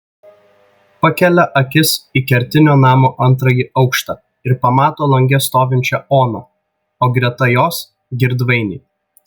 pakelia akis į kertinio namo antrąjį aukštą ir pamato lange stovinčią oną o greta jos girdvainį